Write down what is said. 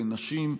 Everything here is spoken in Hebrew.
נשים,